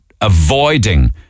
avoiding